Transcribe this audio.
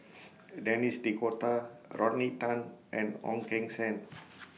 Denis D'Cotta Rodney Tan and Ong Keng Sen